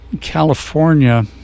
California